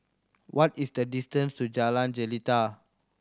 what is the distance to Jalan Jelita